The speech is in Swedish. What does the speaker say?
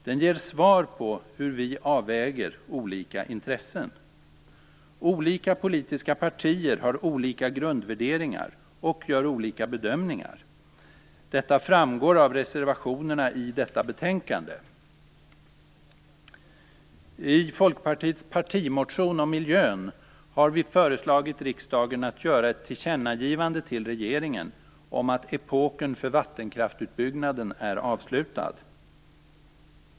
Den ger svar på hur vi avväger olika intressen. Olika politiska partier har olika grundvärderingar och gör olika bedömningar. Detta framgår av reservationerna i detta betänkande. I Folkpartiets partimotion om miljön har vi föreslagit riksdagen att göra ett tillkännagivande till regeringen om att epoken för vattenkraftsutbyggnaden är avslutad.